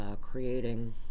creating